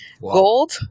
Gold